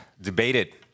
debated